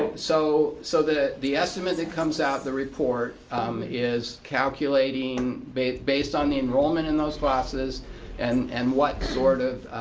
so so the the estimate that comes out, the report is calculating based based on the enrollment in those classes and and what sort of